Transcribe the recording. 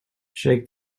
shake